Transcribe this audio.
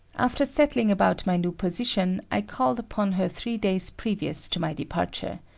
after settling about my new position, i called upon her three days previous to my departure.